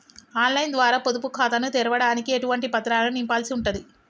On line ద్వారా పొదుపు ఖాతాను తెరవడానికి ఎటువంటి పత్రాలను నింపాల్సి ఉంటది?